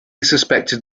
suspected